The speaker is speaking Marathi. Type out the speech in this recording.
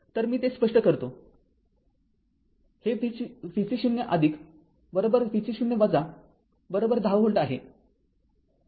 तर मी ते स्पष्ट करतो म्हणजे हे vc 0 vc 0 १० व्होल्ट आहे